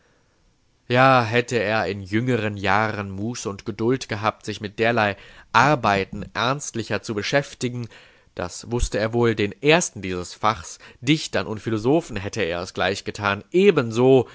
ja hätte er in jüngeren jahren muße und geduld gehabt sich mit derlei arbeiten ernstlicher zu beschäftigen das wußte er wohl den ersten dieses fachs dichtern und philosophen hätte er es gleichgetan ebenso